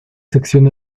sección